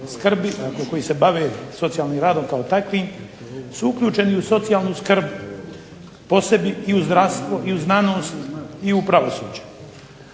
koji se bave socijalnim radom kao takvim su uključeni u socijalnu skrb i u zdravstvo i u znanost i u pravosuđe.